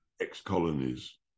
ex-colonies